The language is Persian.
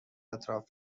اطراف